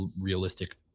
realistic